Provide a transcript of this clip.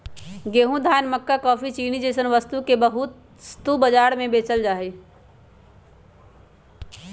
गेंहूं, धान, मक्का काफी, चीनी जैसन वस्तु के वस्तु बाजार में बेचल जा हई